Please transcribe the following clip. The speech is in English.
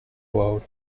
world